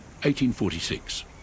1846